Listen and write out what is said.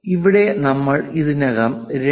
ഇവിടെ നമ്മൾ ഇതിനകം 2